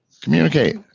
Communicate